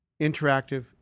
interactive